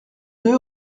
deux